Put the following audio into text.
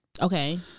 Okay